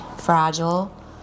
Fragile